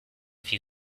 few